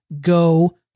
go